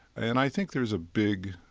and i think there's a big,